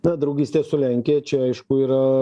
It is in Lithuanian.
na draugystė su lenkija čia aišku yra